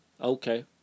Okay